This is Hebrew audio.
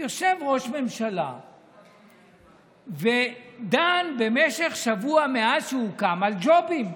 יושב ראש ממשלה ודן במשך שבוע מאז שהוא קם על ג'ובים,